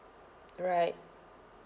alright